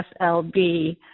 SLB